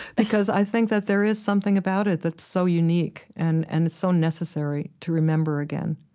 because i think that there is something about it that's so unique and and it's so necessary to remember again